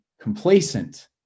complacent